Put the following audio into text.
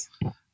Yes